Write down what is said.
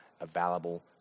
available